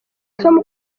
tom